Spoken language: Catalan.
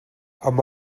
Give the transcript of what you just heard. amb